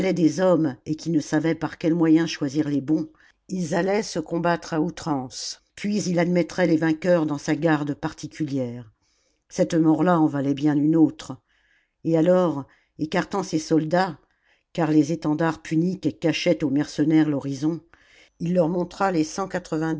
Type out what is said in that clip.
des hommes et qu'il ne savait par quel moyen choisir les bons ils allaient se combattre à outrance puis il admettrait les vainqueurs dans sa garde particuhère cette mort là en valait bien une autre et alors écartant ses soldats car les étendards puniques cachaient aux mercenaires l'horizon il leur montra les